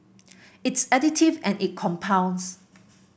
it's additive and it compounds